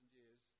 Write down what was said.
years